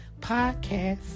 podcast